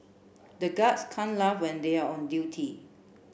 the guards can't laugh when they are on duty